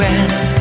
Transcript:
end